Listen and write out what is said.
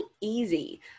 easy